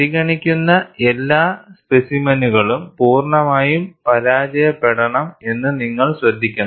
പരിഗണിക്കുന്ന എല്ലാ സ്പെസിമെനുകളും പൂർണ്ണമായും പരാജയപ്പെടണം എന്നും നിങ്ങൾ ശ്രദ്ധിക്കണം